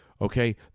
Okay